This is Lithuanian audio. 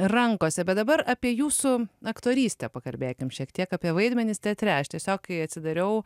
rankose bet dabar apie jūsų aktorystę pakalbėkim šiek tiek apie vaidmenis teatre aš tiesiog kai atsidariau